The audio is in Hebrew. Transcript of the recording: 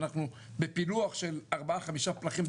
אנחנו בפילוח של ארבעה-חמישה פלחים,